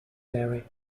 derry